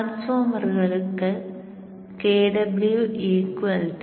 ട്രാൻസ്ഫോർമറുകൾക്ക് Kw0